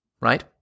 Right